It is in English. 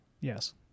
Yes